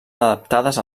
adaptades